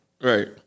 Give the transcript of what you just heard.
Right